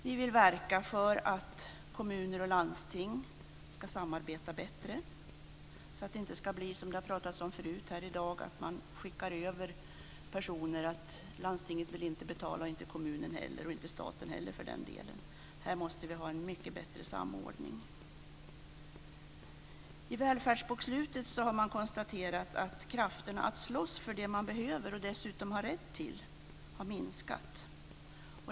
Vi vill verka för att kommuner och landsting ska samarbeta bättre så att inte ska bli så som man har pratat om förut här i dag att landstinget inte vill betala och inte kommunen eller staten heller. Här måste vi ha en mycket bättre samordning. I välfärdsbokslutet har man konstaterat att krafterna att slåss för det man behöver, och dessutom har rätt till, har minskat.